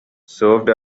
served